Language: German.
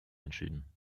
entschieden